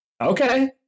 Okay